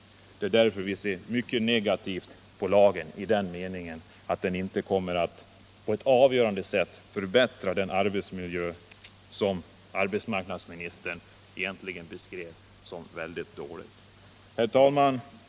Vi ser mycket negativt på lagen i den meningen att den inte kommer att på ett avgörande sätt förbättra den arbetsmiljö som arbetsmarknadsministern beskrev såsom väldigt dålig. Herr talman!